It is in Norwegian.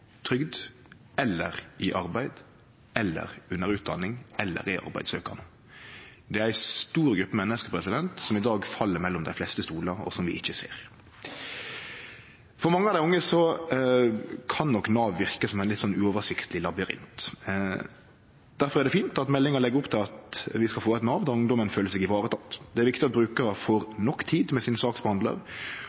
trygd, eller i arbeid eller under utdaning eller er arbeidssøkjande. Det er ei stor gruppe menneske, som i dag fell mellom dei fleste stolar, og som vi ikkje ser. For mange av dei unge kan nok Nav verke som ein litt uoversiktleg labyrint. Difor er det fint at meldinga legg opp til at vi skal få eit Nav der ungdomen føler seg varetekne. Det er viktig at brukarar får nok tid med saksbehandlaren sin,